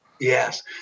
Yes